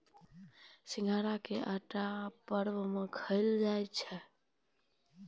सिघाड़ा के आटा परवो मे खयलो जाय छै